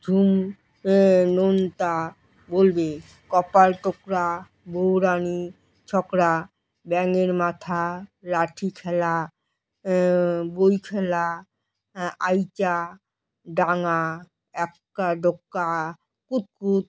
ঝুম নোনতা বলবে কপাল টোকরা বৌরানী ছকড়া ব্যাঙের মাথা লাঠি খেলা বই খেলা আইচা ডাঙা এক্কা দোক্কা কুতকুত